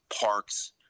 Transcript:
parks